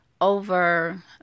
over